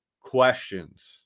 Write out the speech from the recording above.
questions